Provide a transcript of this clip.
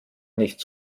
nicht